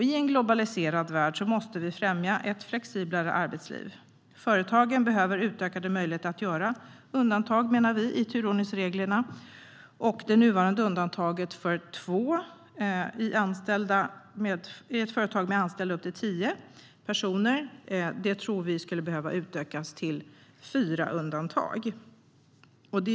I en globaliserad värld måste vi främja ett flexiblare arbetsliv. Företagen behöver utökade möjligheter att göra undantag från turordningsreglerna, menar vi. Det nuvarande undantaget gäller två personer i företag med upp till tio anställda. Det tror vi skulle behöva utökas till ett undantag för fyra.